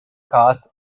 cost